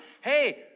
hey